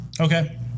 Okay